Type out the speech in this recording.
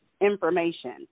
information